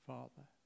Father